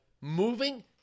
moving